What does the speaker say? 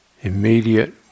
immediate